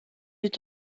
est